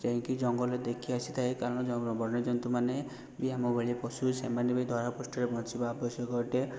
ଯାଇଁକି ଜଙ୍ଗଲରେ ଦେଖି ଆସିଥାଏ କାରଣ ଜଙ୍ଗ ବନ୍ୟଜନ୍ତୁମାନେ ବି ଆମ ଭଳି ପଶୁ ସେମାନେ ବି ଧରାପୃଷ୍ଠରେ ବଞ୍ଚିବା ଆବଶ୍ୟକ ଅଟେ